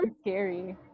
Scary